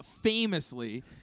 famously